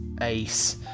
ace